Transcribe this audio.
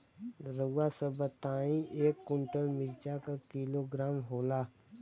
रउआ सभ बताई एक कुन्टल मिर्चा क किलोग्राम होला?